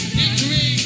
victory